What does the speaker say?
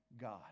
God